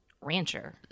rancher